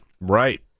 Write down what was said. Right